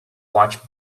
watch